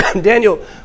Daniel